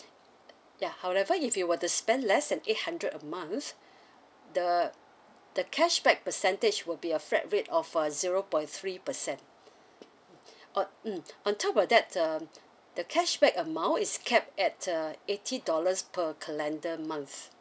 ya however if you were to spend less than eight hundred a month the the cashback percentage will be a flat rate of a zero point three percent on mm on top of that um the cashback amount is capped at uh eighty dollars per calendar month